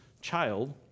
child